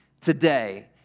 today